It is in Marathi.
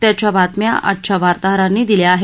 त्याच्या बातम्या आमच्या वार्ताहरांनी दिल्या आहेत